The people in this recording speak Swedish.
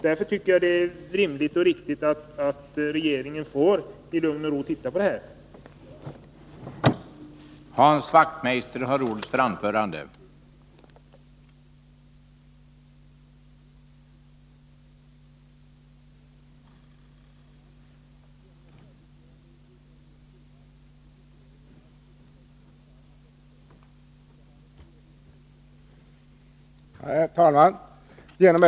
Därför tycker jag att det är rimligt och riktigt att regeringen i lugn och ro får titta på den här frågan.